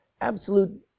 Absolute